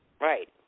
Right